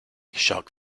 shark